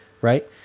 right